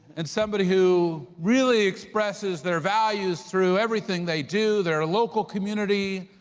and somebody who really expresses their values through everything they do. their ah local community,